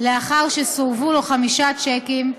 לאחר שסורבו לו חמישה שיקים,